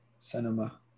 cinema